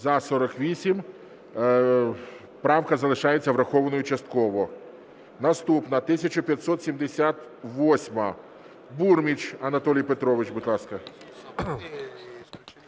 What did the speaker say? За-48 Правка залишається врахованою частково. Наступна 1578-а. Бурміч Анатолій Петрович, будь ласка.